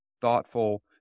thoughtful